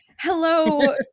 hello